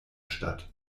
statt